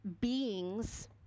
beings